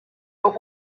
but